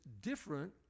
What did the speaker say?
different